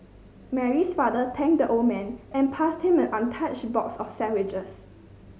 Mary's father thanked the old man and passed him an untouched box of sandwiches